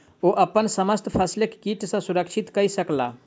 ओ अपन समस्त फसिलक कीट सॅ सुरक्षित कय सकला